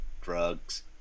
Drugs